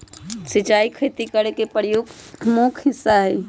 सिंचाई खेती करे के प्रमुख हिस्सा हई